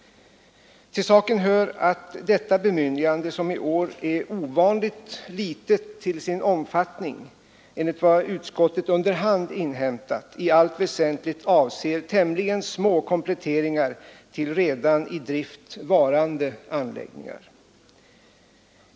Till saken hör att detta bemyndigande, som i år är ovanligt litet till sin omfattning, enligt vad utskottet under hand inhämtat i allt väsentligt avser tämligen små kompletteringar av redan i drift varande anläggningar.